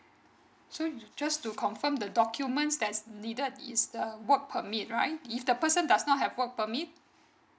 so just to confirm the documents that's needed is the work permit right if the person does not have work permit